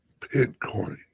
Bitcoin